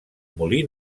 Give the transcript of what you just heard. molí